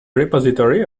repository